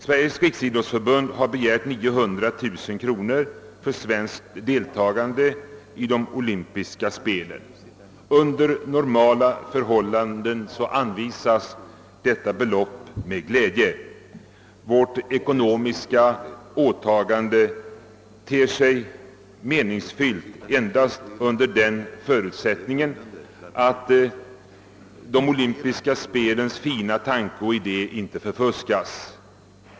Sveriges riksidrottsförbund har begärt 900 000 kronor för svenskt deltagande i de olympiska spelen. Under normala förhållanden anvisas detta belopp med glädje. Vårt ekonomiska åtagande ter sig meningsfyllt endast under den förutsättningen, att de olympiska spelens fina tanke och idé inte förfuskas.